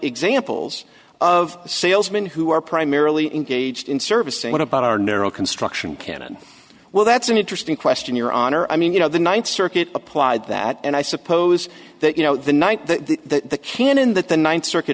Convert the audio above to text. examples of sale i mean who are primarily engaged in service and what about our narrow construction cannon well that's an interesting question your honor i mean you know the ninth circuit applied that and i suppose that you know the night the cannon that the ninth circuit